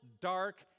dark